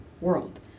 world